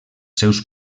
seus